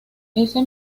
ese